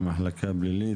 המחלקה הפלילית,